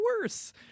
worse